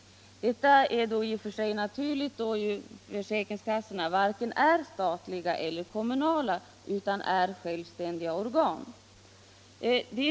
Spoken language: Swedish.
Detta är i och för sig helt naturligt, då försäkringskassorna är varken statliga eller kommunala utan självständiga organ.